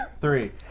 three